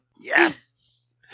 Yes